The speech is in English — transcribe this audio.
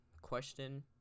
question